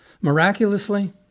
Miraculously